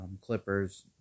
Clippers